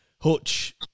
Hutch